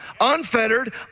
Unfettered